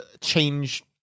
change